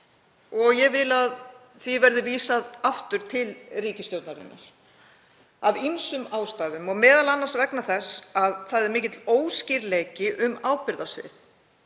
Ég vil að því verði vísað aftur til ríkisstjórnarinnar af ýmsum ástæðum, m.a. vegna þess að það er mikill óskýrleiki um ábyrgðarsvið.